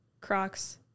Crocs